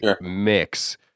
mix